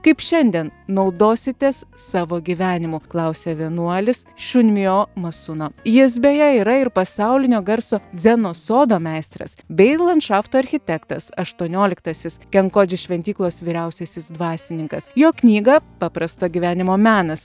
kaip šiandien naudositės savo gyvenimu klausia vienuolis šunmijo masuno jis beje yra ir pasaulinio garso dzeno sodo meistras bei landšafto architektas aštuonioliktasis kenkodži šventyklos vyriausiasis dvasininkas jo knygą paprasto gyvenimo menas